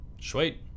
Sweet